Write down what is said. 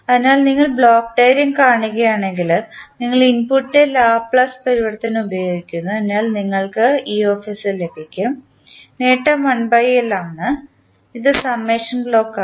അതിനാൽ നിങ്ങൾ block diagram കാണുകയാണെങ്കിൽ നിങ്ങൾ ഇൻപുട്ടിൻറെ ലാപ്ലേസ് പരിവർത്തനം ഉപയോഗിക്കുന്നു അതിനാൽ നിങ്ങൾക്ക് e ലഭിക്കും നേട്ടം 1 L ആണ് ഇത് സമ്മേഷൻ ബ്ലോക്കാണ്